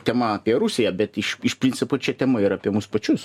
tema apie rusiją bet iš iš principo čia tema ir apie mus pačius